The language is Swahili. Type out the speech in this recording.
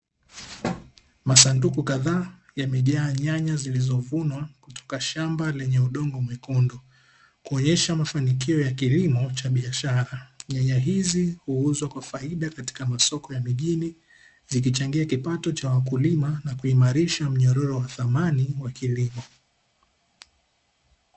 Masanduku kadhaa yamejaa nyanya zilizovunwa kutoka shamba lenye udongo mwekundu, kuonyesha mafanikio ya kilimo cha biashara. Nyanya hizi huuzwa kwa faida katika masoko ya mijini zikichangia kipato cha wakulima na kuimarisha mnyororo wa thamani wa kilimo.